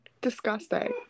disgusting